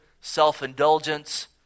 self-indulgence